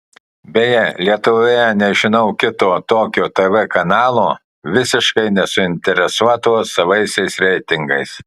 beje lietuvoje nežinau kito tokio tv kanalo visiškai nesuinteresuoto savaisiais reitingais